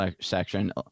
section